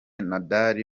nadal